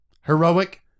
Heroic